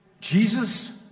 Jesus